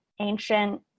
ancient